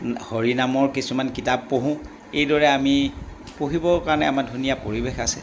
হৰি নামৰ কিছুমান কিতাপ পঢ়োঁ এইদৰে আমি পঢ়িবৰ কাৰণে আমাৰ ধুনীয়া পৰিৱেশ আছে